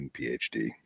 PhD